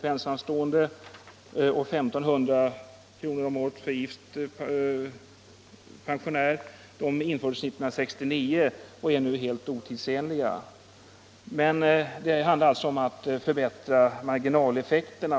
för ensamstående och 1 500 kr. för gift pensionär, infördes 1969. De är nu helt otidsenliga. Därför handlar det nu om att förbättra marginaleffekterna.